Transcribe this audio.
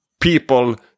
people